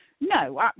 No